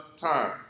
time